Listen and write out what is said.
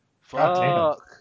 Fuck